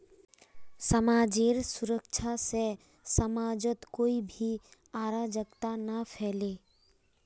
समाजेर सुरक्षा से समाजत कोई भी अराजकता ना फैले